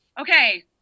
okay